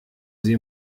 sie